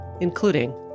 including